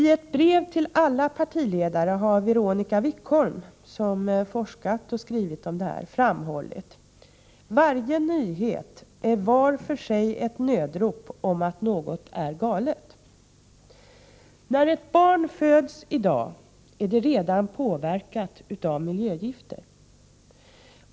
I ett brev till alla partiledare har Veronica Wikholm, som har forskat och skrivit om dessa frågor, framhållit: Varje nyhet är var för sig ett nödrop om att något är galet. När ett barn föds i dag är det redan påverkat av miljögifter.